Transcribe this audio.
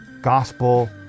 gospel